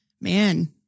Man